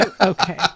Okay